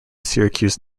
syracuse